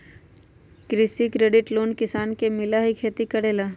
कृषि credit loan किसान के मिलहई खेती करेला?